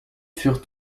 furent